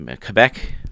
Quebec